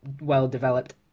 well-developed